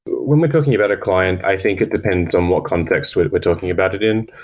when we're talking about a client, i think it depends on what context we're we're talking about it in.